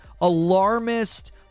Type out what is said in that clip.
alarmist